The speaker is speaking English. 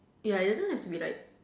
ya it doesn't have to be like